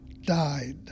died